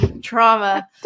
trauma